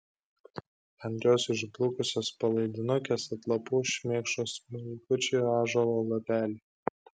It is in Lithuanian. ant jos išblukusios palaidinukės atlapų šmėkšo smulkučiai ąžuolo lapeliai